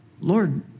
Lord